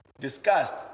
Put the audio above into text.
discussed